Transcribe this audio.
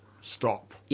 stop